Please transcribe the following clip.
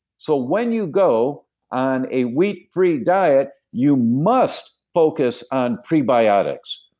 so when you go on a wheat free diet, you must focus on prebiotics.